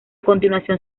continuación